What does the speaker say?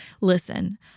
Listen